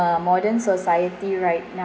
modern society right now